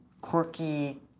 quirky